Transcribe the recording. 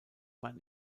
man